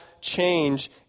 change